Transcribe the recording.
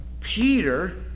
Peter